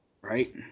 Right